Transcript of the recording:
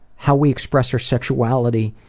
how we express our sexuality